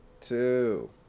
two